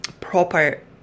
proper